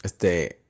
este